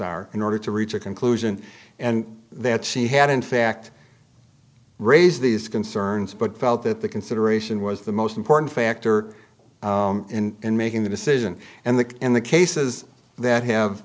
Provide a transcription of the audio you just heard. are in order to reach a conclusion and then see had in fact raise these concerns but felt that the consideration was the most important factor in making the decision and that in the cases that have